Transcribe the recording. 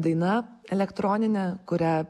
daina elektronine kurią